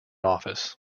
office